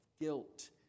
guilt